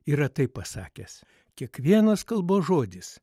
yra taip pasakęs kiekvienas kalbos žodis